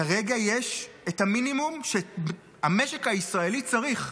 כרגע יש את המינימום שהמשק הישראלי צריך.